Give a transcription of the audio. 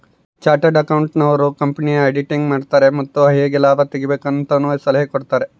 chartered accountant ನವರು ಕಂಪನಿಯ auditing ಮಾಡುತಾರೆ ಮತ್ತು ಹೇಗೆ ಲಾಭ ತೆಗಿಬೇಕು ಅಂತನು ಸಲಹೆ ಕೊಡುತಾರೆ